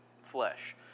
flesh